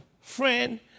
friend